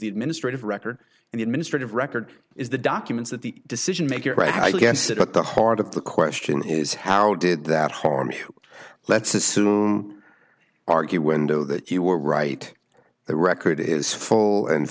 the administrative record and the administrative record is the documents that the decision maker i guess at the heart of the question is how did that harm let's assume argue window that you were right the record is full and